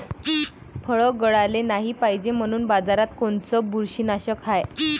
फळं गळाले नाही पायजे म्हनून बाजारात कोनचं बुरशीनाशक हाय?